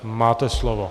Máte slovo.